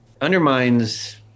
undermines